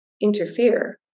interfere